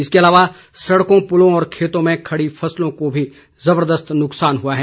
इसके अलावा सड़कों पुलों और खेतों में खड़ी फसलों को भी जबरदस्त नुकसान हुआ है